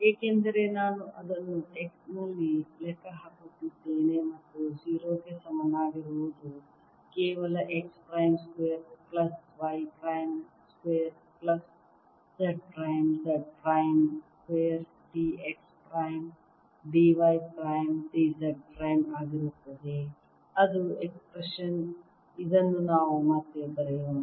ಏಕೆಂದರೆ ನಾನು ಅದನ್ನು x ನಲ್ಲಿ ಲೆಕ್ಕ ಹಾಕುತ್ತಿದ್ದೇನೆ ಮತ್ತು 0 ಗೆ ಸಮನಾಗಿರುವುದು ಕೇವಲ x prime square plus y prime square plus z minus Z prime square d x prime d y prime d Z prime ಆಗಿರುತ್ತದೆ ಅದು ಎಕ್ಸ್ಪ್ರೆಶನ್ ಇದನ್ನು ನಾವು ಮತ್ತೆ ಬರೆಯೋಣ